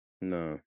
No